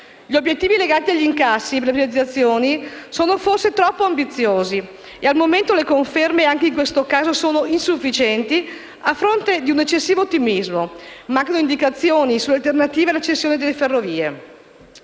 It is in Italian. Gli obiettivi legati agli incassi per le privatizzazioni sono forse troppo ambiziosi e, al momento, le conferme anche in questo caso sono insufficienti a fronte di un eccessivo ottimismo. Mancano indicazioni sulle alternative alla cessione di Ferrovie.